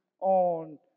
on